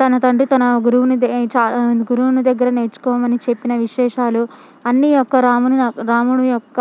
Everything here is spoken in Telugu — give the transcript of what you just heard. తన తండ్రి తన గురువుని చా గురువు దగ్గర నేర్చుకోమని చెప్పిన విశేషాలు అన్నీ ఒక్క రాముడు రాముడు యొక్క